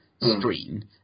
screen